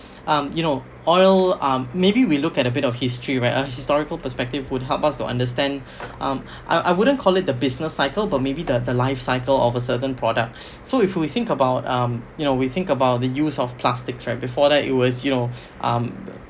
um you know oil um maybe we look at a bit of history where a historical perspective would help us to understand um I I wouldn't call it the business cycle but maybe the the life cycle of a certain product so if we think about um you know we think about the use of plastic right before that it was you know um